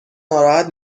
ناراحت